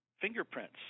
fingerprints